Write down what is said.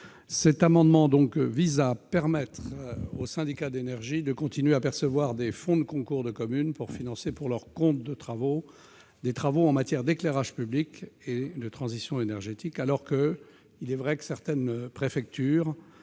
Ces amendements visent à permettre aux syndicats d'énergie de continuer à percevoir des fonds de concours de communes pour financer pour leur compte des travaux en matière d'éclairage public et de transition énergétique, alors que certaines préfectures